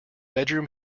bedroom